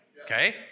Okay